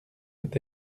peut